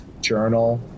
journal